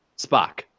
Spock